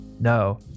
No